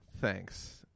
Thanks